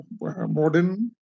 modern